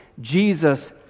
Jesus